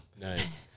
Nice